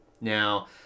now